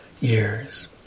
years